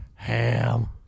Ham